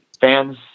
fans